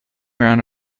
round